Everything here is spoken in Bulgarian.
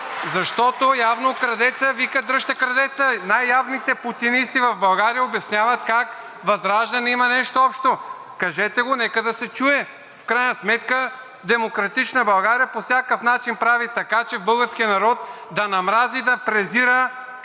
Защото явно крадецът вика дръжте крадеца, и най явните путинисти в България обясняват как ВЪЗРАЖДАНЕ има нещо общо. Кажете го, нека да се чуе. В крайна сметка „Демократична България“ по всякакъв начин прави така, че българският народ да намрази и да презира както